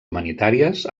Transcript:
humanitàries